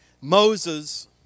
Moses